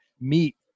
meet